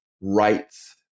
rights